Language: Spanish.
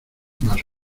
más